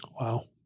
wow